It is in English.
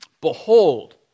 behold